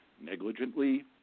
negligently